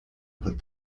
put